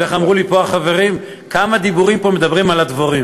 ואיך אמרו לי פה החברים: כמה דיבורים מדברים פה על הדבורים?